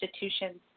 institutions